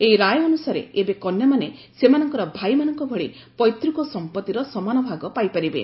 ଏହି ରାୟ ଅନୁସାରେ ଏବେ କନ୍ୟାମାନେ ସେମାନଙ୍କର ଭାଇମାନଙ୍କ ଭଳି ପୈତ୍କ ସମ୍ପଭିର ସମାନ ଭାଗ ପାଇପାରିବେ